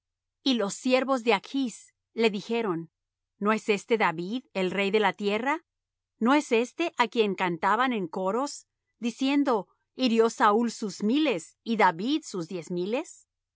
y los siervos de achs le dijeron no es éste david el rey de la tierra no es éste á quien cantaban en corros diciendo hirió saúl sus miles y david sus diez miles